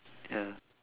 ya